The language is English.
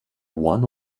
one